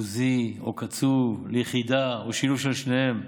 אחוזי או קצוב ליחידה, או שילוב של שניהם.